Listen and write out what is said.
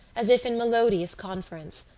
as if in melodious conference,